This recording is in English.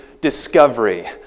discovery